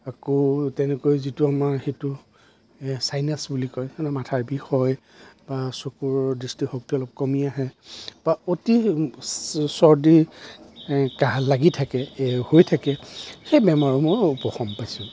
আকৌ তেনেকৈ যিটো আমাৰ সেইটো এই ছাইনাছ বুলি কয় মানে মাথাৰ বিষ হয় বা চকুৰ দৃষ্টিশক্তি অলপ কমি আহে বা অতি চৰ্দি কাহ লাগি থাকে হৈ থাকে সেই বেমাৰৰ মই উপশম পাইছোঁ